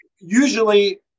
Usually